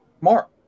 Mark